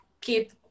keep